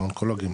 באונקולוגים.